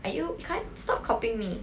are you you can't stop copying me